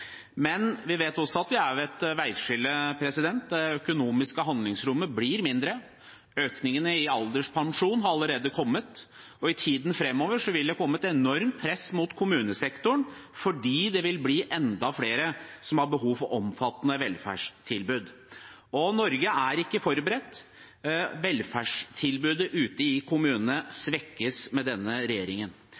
Men vi vet også at vi er ved et veiskille. Det økonomiske handlingsrommet blir mindre. Økningene i alderspensjonen har allerede kommet. I tiden framover vil det komme et enormt press mot kommunesektoren fordi det vil bli enda flere som har behov for omfattende velferdstilbud. Norge er ikke forberedt. Velferdstilbudet ute i kommunene svekkes med denne regjeringen.